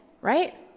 right